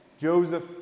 Joseph